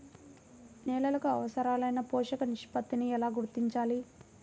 నేలలకు అవసరాలైన పోషక నిష్పత్తిని ఎలా గుర్తించాలి?